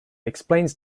explains